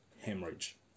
hemorrhage